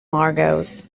lagos